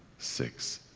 six,